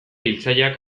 hiltzaileak